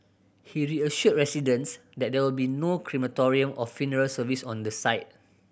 he reassured residents that there will be no crematorium or funeral service on the site